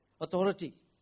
authority